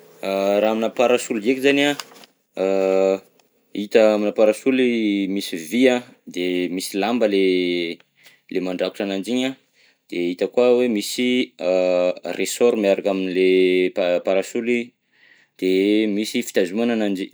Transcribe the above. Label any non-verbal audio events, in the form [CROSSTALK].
[HESITATION] Raha aminà parasolo ndreka zany an, [HESITATION] hita aminà parasolo misy vy an, de misy lamba le [HESITATION] le mandrakotra ananjy iny an, de hita koa hoe misy [HESITATION] ressort miaraka am'le pa- parasolo, de misy fitazomana ananjy.